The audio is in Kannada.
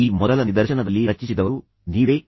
ಈ ಮೊದಲ ನಿದರ್ಶನದಲ್ಲಿ ರಚಿಸಿದವರು ನೀವೇ